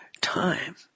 time